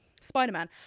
Spider-Man